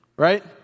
Right